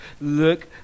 look